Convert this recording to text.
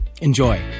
Enjoy